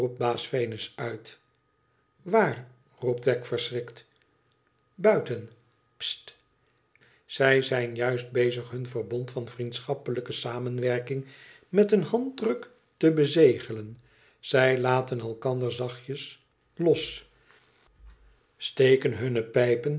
venus uit waar roept wegg verschrikt buiten sst zij zijn juist bezig him verbond van vriendschappelijke samenwerking meteen handdruk te bezegelen zij laten elkander zachtjes los steken